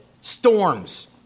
storms